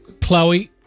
Chloe